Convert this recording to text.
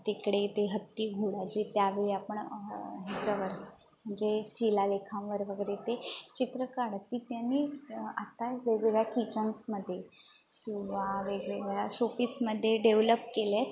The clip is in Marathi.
तिकडे ते हत्ती घोडा जे काही आपण ह्याच्यावर जे शिलालेखावर वगैरे ते चित्र काढत ती त्यांनी आत्ता वेगवेगळ्या मध्ये किंवा वेगवेगळ्या शोपीस मध्ये डेव्हलप केलं आहे